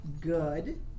good